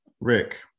Rick